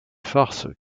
farces